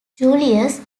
julius